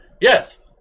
Yes